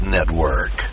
Network